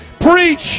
preach